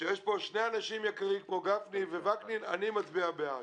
כאשר יש פה שני אנשים יקרים כמו גפני ווקנין אני מצביע בעד.